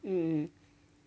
mm